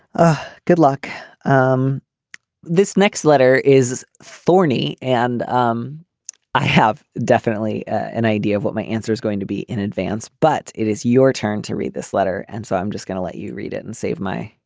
ah good luck um this next letter is thorny and um i have definitely an idea of what my answer is going to be in advance but it is your turn to read this letter and so i'm just gonna let you read it and save my